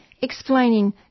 explaining